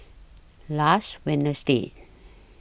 last Wednesday